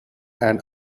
and